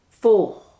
four